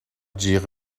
جیغ